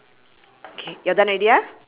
mine is on his face mine is next